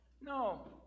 No